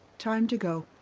time to go.